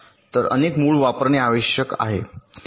तर अनेक मूळ वापरणे आवश्यक आहे